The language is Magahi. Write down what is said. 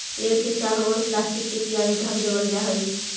पेड़ के चारों ओर प्लास्टिक से कियारी ढँक देवल जा हई